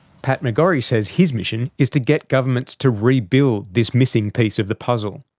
pat mcgorry says his mission is to get governments to rebuild this missing piece of the puzzle,